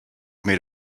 made